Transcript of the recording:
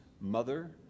mother